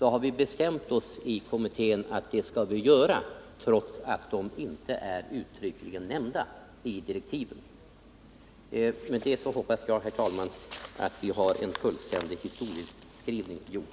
och vi har bestämt oss för att göra det, trots att utbildningsfrågorna inte är uttryckligen nämnda i direktiven. Med det hoppas jag, herr talman, att vi har en fullständig historieskrivning gjord.